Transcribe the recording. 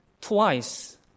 twice